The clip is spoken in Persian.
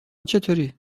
چطوری